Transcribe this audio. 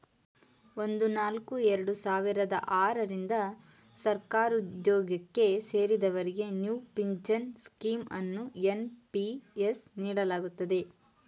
ಒಂದು ನಾಲ್ಕು ಎರಡು ಸಾವಿರದ ಆರ ರಿಂದ ಸರ್ಕಾರಿಉದ್ಯೋಗಕ್ಕೆ ಸೇರಿದವರಿಗೆ ನ್ಯೂ ಪಿಂಚನ್ ಸ್ಕೀಂ ಅನ್ನು ಎನ್.ಪಿ.ಎಸ್ ನೀಡಲಾಗುತ್ತದೆ